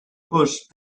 pushed